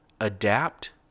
adapt